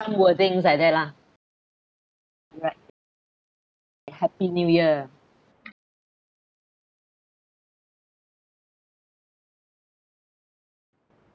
some wordings like that lah you write and happy new year